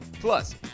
Plus